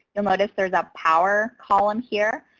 you'll notice there's a power column here.